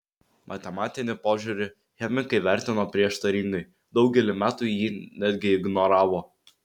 matematinį požiūrį chemikai vertino prieštaringai daugelį metų jį netgi ignoravo